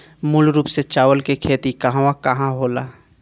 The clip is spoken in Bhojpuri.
मूल रूप से चावल के खेती कहवा कहा होला?